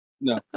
No